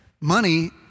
money